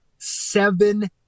Seven